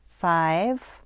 Five